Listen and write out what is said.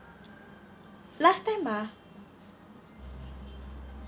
last time ah